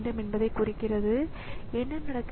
file அட்டவணை புதுப்பிக்கப்பட வேண்டும்